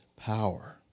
power